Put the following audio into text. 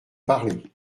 parler